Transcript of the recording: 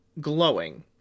glowing